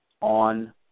on